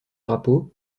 drapeaux